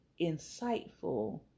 insightful